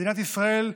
מדינת ישראל,